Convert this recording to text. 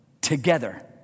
together